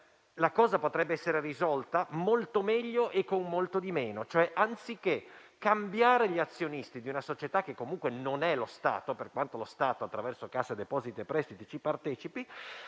la cosa potrebbe essere risolta molto meglio e con molto meno. Infatti, anziché cambiare gli azionisti di una società che comunque non è lo Stato (per quanto lo Stato, attraverso Cassa depositi e prestiti vi partecipi),